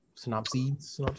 Synopsis